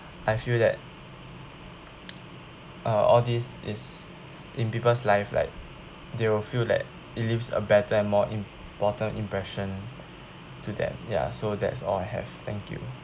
I feel that uh all these is in people's life like they will feel that he lives a better and more important impression to them ya so that's all have thank you